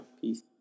Peace